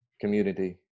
community